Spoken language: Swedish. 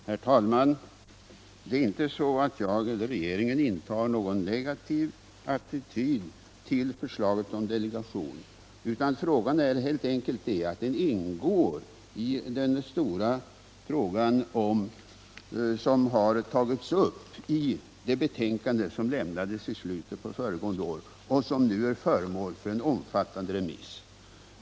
Herr talman! Det är inte så att jag eller regeringen intar en negativ attitvd till förslaget om delegation. Detta ingår helt enkelt iden stora fråga som har tagits upp i det betänkande som lämnades i slutet av förra året och som nu är föremål för en omfattande remiss.